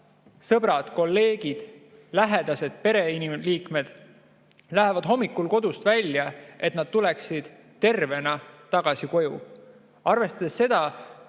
sõbrad-kolleegid, lähedased, pereliikmed lähevad hommikul kodust välja, et nad tuleksid tervena tagasi koju. Arvestades seda,